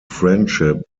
friendship